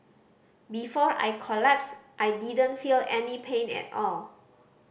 before I collapsed I didn't feel any pain at all